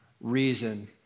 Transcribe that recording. reason